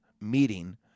meeting